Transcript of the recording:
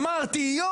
אמרתי,